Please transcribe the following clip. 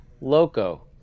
loco